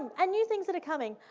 and new things that are coming.